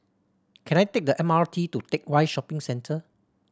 can I take the M R T to Teck Whye Shopping Centre